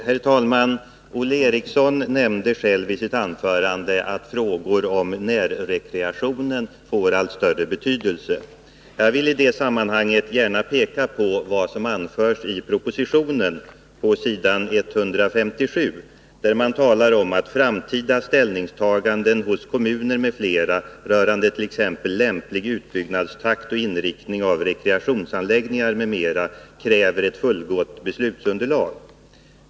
Herr talman! Olle Eriksson nämnde själv i sitt anförande att frågor om närrekreationen får allt större betydelse. Jag vill i det sammanhanget gärna peka på vad som anförs i propositionen på s. 157, där man talar om att framtida ställningstaganden hos kommuner m.fl. rörande t.ex. lämplig utbyggnadstakt och inriktningen av rekreationsanläggningar m.m. kräver ett fullgott beslutsunderlag.